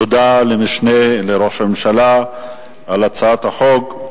תודה למשנה לראש הממשלה על הצעת החוק.